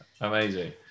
amazing